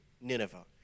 Nineveh